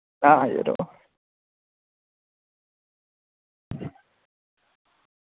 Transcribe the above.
हां यरो